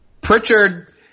Pritchard